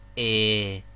a